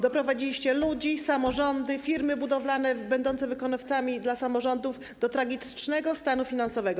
Doprowadziliście ludzi, samorządy, firmy budowlane będące wykonawcami dla samorządów do tragicznego stanu finansowego.